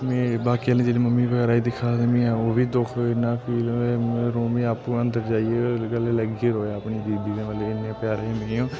मैं बाकी आह्ले जेह्डे मम्मी बगैरा दे जेह्डे दिक्खा दे बी ओह् बी दुख होंए दा फिल होंए रो मी आपु अंदर जाइयै गल्ले लगियै रौया अपनी दीदी दे गल्ल इन्ने प्यारे